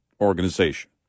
organization